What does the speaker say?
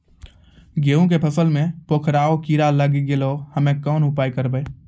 गेहूँ के फसल मे पंखोरवा कीड़ा लागी गैलै हम्मे कोन उपाय करबै?